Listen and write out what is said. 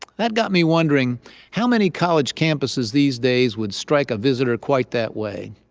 that got me wondering how many college campuses these days would strike a visitor quite that way.